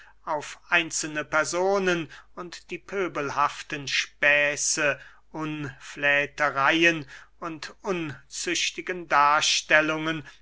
auf einzelne personen und die pöbelhaften späße unflätereyen und unzüchtigen darstellungen